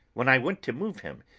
when i went to move him,